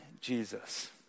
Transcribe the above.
Jesus